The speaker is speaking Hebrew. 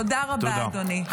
תודה רבה, אדוני.